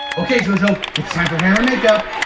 okay jojo, it's time for hair and makeup.